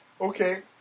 Okay